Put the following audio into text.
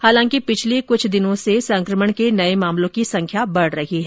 हालांकि पिछले कुछ दिनों से संकमण के नए मामलों की संख्या बढ़ रही है